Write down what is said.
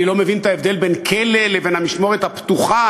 אני לא מבין את ההבדל בין כלא לבין המשמורת הפתוחה.